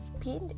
speed